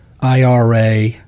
IRA